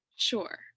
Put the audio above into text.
Sure